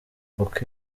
kuko